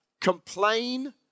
Complain